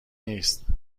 نیست